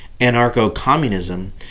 anarcho-communism